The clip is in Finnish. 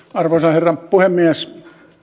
arvoisa herra puhemies